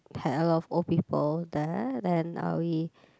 had a lot of old people there then uh we